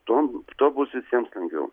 tuom tuo bus visiems lengviau